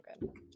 good